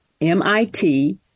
MIT